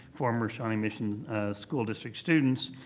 former shawnee mission school district students.